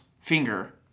finger